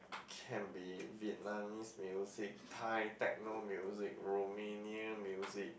can be Vietnamese music Thai techno music Romania music